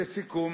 לסיכום,